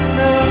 no